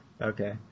okay